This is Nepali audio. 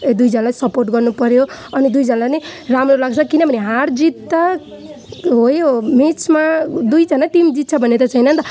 ए दुइजनालाई सपोर्ट गर्नु पऱ्यो अनि दुइजनालाई नै राम्रो लाग्छ किनभने हार जित त हो है हो म्याचमा दुइजनाको टिम जित्छ भन्ने त छैन नि त